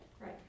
right